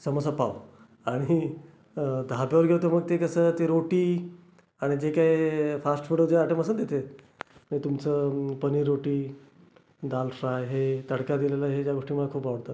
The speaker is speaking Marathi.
समोसा पाव आणि धाब्यावर गेलं तर मग ते कसं ते रोटी आणि जे काही फास्ट फूड जे ॲटम असतात ना तिथे ते तुमचं पनीर रोटी दाल फ्राय हे तडका दिलेलं हे ज्या गोष्टी मला खूप आवडतात